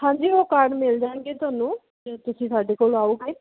ਹਾਂਜੀ ਉਹ ਕਾਰਡ ਮਿਲ ਜਾਣਗੇ ਤੁਹਾਨੂੰ ਜਦੋਂ ਤੁਸੀਂ ਸਾਡੇ ਕੋਲ ਆਓਗੇ